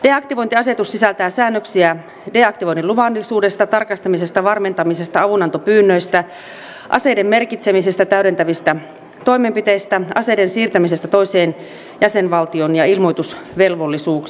deaktivointiasetus sisältää säännöksiä deaktivoinnin luvallisuudesta tarkastamisesta varmentamisesta avunantopyynnöistä aseiden merkitsemisestä täydentävistä toimenpiteistä aseiden siirtämisestä toiseen jäsenvaltioon ja ilmoitusvelvollisuuksista